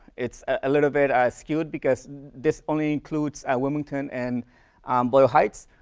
it's a little bit skewed because this only includes wilmington and boyle heights.